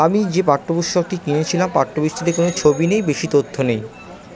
আমি যে পাঠ্য পুস্তকটি কিনেছিলাম পাঠ্য পুস্তকটি কোনো ছবি নেই বেশি তথ্য নেই